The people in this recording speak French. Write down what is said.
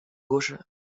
gauche